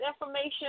information